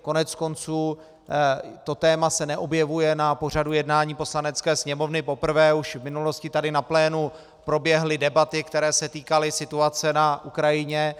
Koneckonců to téma se neobjevuje na pořadu jednání Poslanecké sněmovny poprvé, už v minulosti tady na plénu proběhly debaty, které se týkaly situace na Ukrajině.